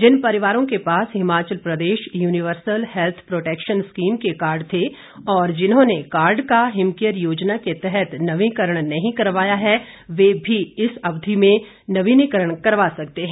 जिन परिवारों के पास Himachal Pradesh Universal Health Protection Scheme के कार्ड थे और जिन्होंने कार्ड का हिमकेयर योजना के अंतर्गत नवीकरण नहीं करवाया है वह भी इस अवधि में नवीनीकरण करवा सकते हैं